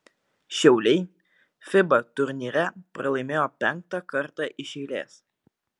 šiauliai fiba turnyre pralaimėjo penktą kartą iš eilės